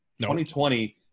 2020